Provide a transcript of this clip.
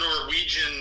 Norwegian